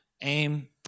Aim